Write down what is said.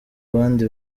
abandi